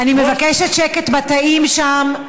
אני מבקשת שקט בתאים שם,